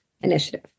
Initiative